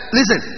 Listen